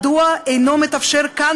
מדוע הוא אינו מתאפשר כאן,